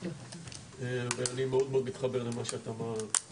אני מאוד מתחבר למה שאת אומרת,